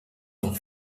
noch